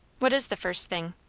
what is the first thing?